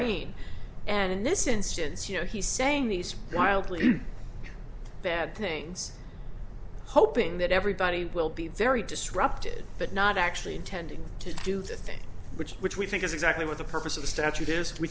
writing and in this instance you know he's saying these wildly bad things hoping that everybody will be very disrupted but not actually tending to do the thing which which we think is exactly what the purpose of the statute is we